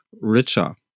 richer